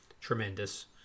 tremendous